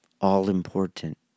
all-important